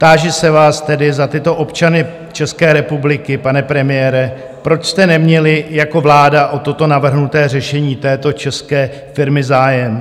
Táži se vás tedy za tyto občany České republiky, pane premiére, proč jste neměli jako vláda o toto navržené řešení této české firmy zájem?